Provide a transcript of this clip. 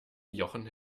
jochen